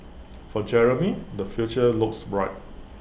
for Jeremy the future looks bright